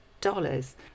dollars